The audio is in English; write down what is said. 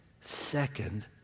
second